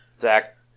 Zach